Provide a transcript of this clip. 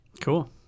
Cool